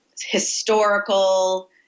historical